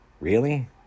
Really